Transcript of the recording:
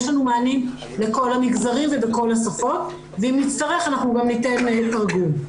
יש לנו מענים לכל המגזרים ובכל השפות ואם נצטרך אנחנו גם ניתן תרגום.